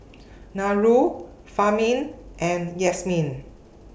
Nurul Fahmi and Yasmin